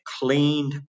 cleaned